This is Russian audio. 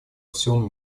всем